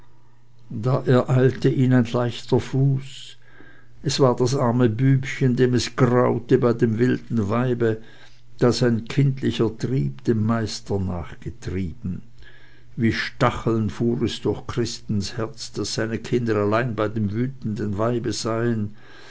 da ereilte ihn ein leichter fuß es war das arme bübchen dem es graute bei dem wilden weibe das ein kindlicher trieb dem meister nachgetrieben wie stacheln fuhr es durch christes herz daß seine kinder alleine bei dem wütenden weibe seien